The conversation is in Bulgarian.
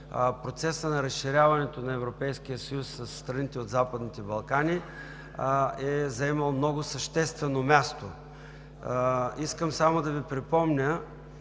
процесът на разширяването на Европейския съюз със страните от Западните Балкани е заемал много съществено място. Искам само да Ви припомня,